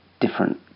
different